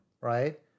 right